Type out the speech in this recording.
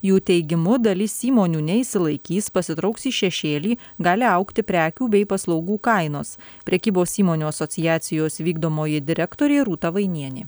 jų teigimu dalis įmonių neišsilaikys pasitrauks į šešėlį gali augti prekių bei paslaugų kainos prekybos įmonių asociacijos vykdomoji direktorė rūta vainienė